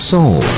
Soul